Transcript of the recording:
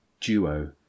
duo